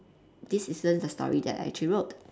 this isn't the story that I actually wrote